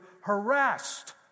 harassed